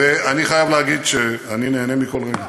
ואני חייב להגיד שאני נהנה מכל רגע.